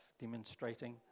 demonstrating